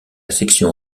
section